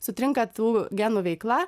sutrinka tų genų veikla